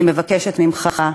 אני מבקשת ממך,